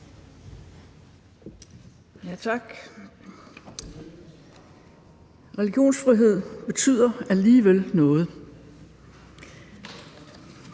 Tak. Religionsfrihed betyder alligevel noget.